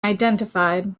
identified